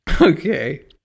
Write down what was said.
Okay